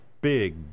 big